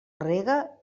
rega